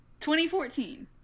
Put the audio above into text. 2014